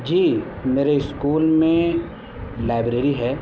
جی میرے اسکول میں لائبریری ہے